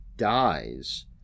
dies